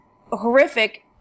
horrific